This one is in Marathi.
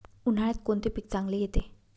उन्हाळ्यात कोणते पीक चांगले येते?